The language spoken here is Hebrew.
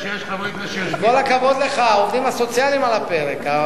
עם כל הכבוד לך, העובדים הסוציאליים על הפרק.